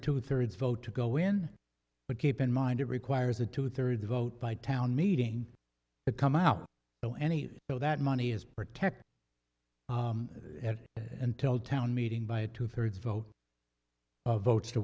two thirds vote to go in but keep in mind it requires a two thirds vote by town meeting it come out so any of that money is protected until town meeting by a two thirds vote votes to